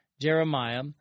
Jeremiah